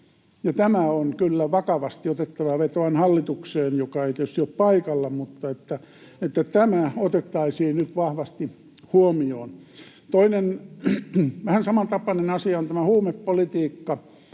tämä on kyllä vakavasti otettava. Vetoan hallitukseen, joka ei tietysti ole paikalla, että tämä otettaisiin nyt vahvasti huomioon. Toinen vähän samantapainen asia on huumepolitiikka,